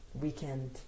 weekend